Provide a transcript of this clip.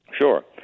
Sure